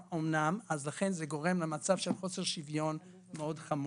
ולכן גורם למצב של חוסר שוויון מאוד חמור.